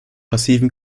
passiven